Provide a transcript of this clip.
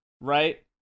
right